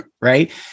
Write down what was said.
right